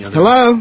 Hello